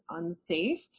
unsafe